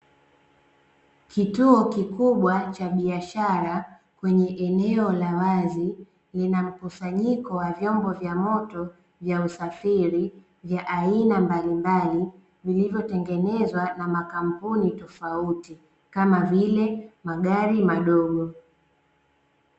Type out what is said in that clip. Kituo kikubwa cha biashara kwenye eneo la waazi lina mkusanyiko wa vyombo vya moto vya usafiri, vya aina mbalimbali vilivyo tengenezwa na makampuni tofauti kama vile magari madogo.